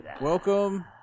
Welcome